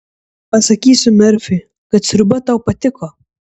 pasakysiu merfiui kad sriuba tau patiko